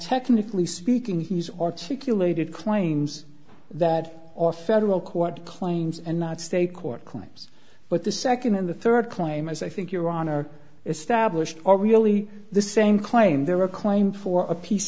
technically speaking he's articulate it claims that off federal court claims and not state court crimes but the second and the third claim as i think your honor established are really the same claim they're a claim for a piece